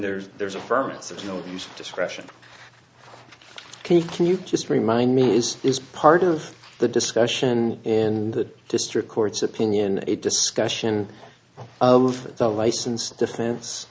there's there's a firm it's no use discretion can you can you just remind me is is part of the discussion in the district court's opinion a discussion of the license defen